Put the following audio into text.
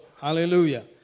Hallelujah